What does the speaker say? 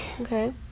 okay